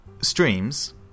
streams